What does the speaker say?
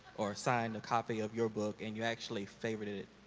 or sign a copy of your book and you actually favorited it.